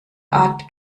art